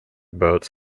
boats